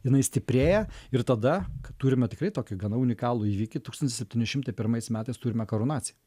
jinai stiprėja ir tada turime tikrai tokį gana unikalų įvykį tūkstantis septyni šimtai pirmais metais turime karūnaciją